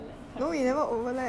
not a lot